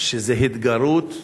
שזו התגרות במוסלמים.